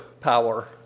power